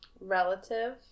Relative